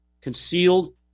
concealed